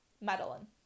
Madeline